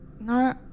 No